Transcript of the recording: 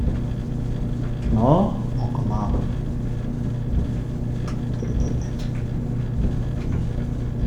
No'okunara.